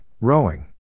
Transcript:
Rowing